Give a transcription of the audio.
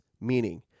meaning